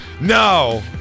No